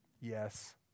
Yes